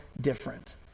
different